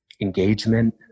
engagement